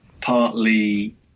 partly